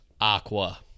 Aqua